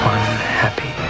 Unhappy